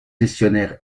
gestionnaires